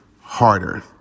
Harder